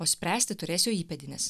o spręsti turės jo įpėdinis